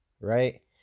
Right